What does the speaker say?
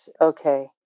Okay